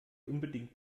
unbedingt